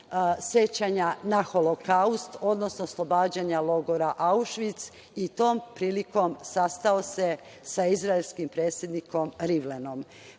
sećanja na Holokaust, odnosno oslobađanja logora Aušvic i tom prilikom sastao se sa izraelskim predsednikom Rivlinom. Moram